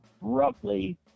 roughly